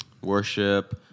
Worship